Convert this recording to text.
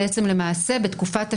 בתקופת השיהוי,